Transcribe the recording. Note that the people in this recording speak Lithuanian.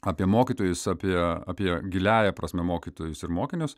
apie mokytojus apie apie giliąja prasme mokytojus ir mokinius